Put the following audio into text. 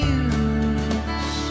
use